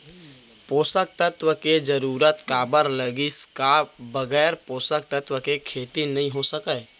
पोसक तत्व के जरूरत काबर लगिस, का बगैर पोसक तत्व के खेती नही हो सके?